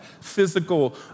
Physical